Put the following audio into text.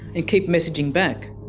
and keep messaging back,